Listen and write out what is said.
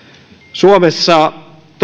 suomessa